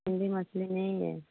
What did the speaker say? जिंदा मछली नहीं है